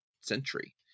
century